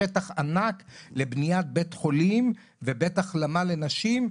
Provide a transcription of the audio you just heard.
שטח ענק לבניית בית חולים ובית החלמה לנשים,